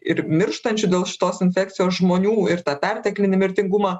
ir mirštančių dėl šitos infekcijos žmonių ir tą perteklinį mirtingumą